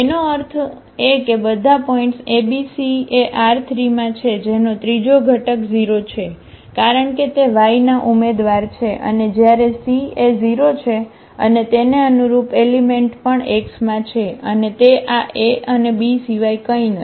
એનો અર્થ એ કે બધા પોઇન્ટ્સ abc એ R3માં છે જેનો ત્રીજો ઘટક 0 છે કારણ કે તે Y ના ઉમેદવાર છે અને જ્યારે c એ 0 છે અને તેને અનુરૂપ એલિમેંટ પણ X માં છે અને તે આ a અને b સિવાય કંઈ નથી